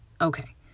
okay